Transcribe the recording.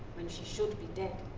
when she should be dead.